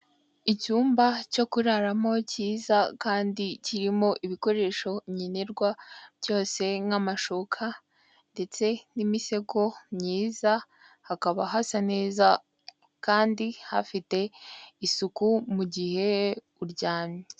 Icyumba cyo kuraramo cyiza kandi kirimo ibikoresho nkenerwa byose: nk'amashuka, ndetse n'imisego myiza; hakaba hasa neza kandi hafite isuku mu gihe uryamye.